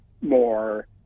more